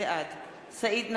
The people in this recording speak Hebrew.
בעד סעיד נפאע,